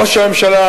ראש הממשלה,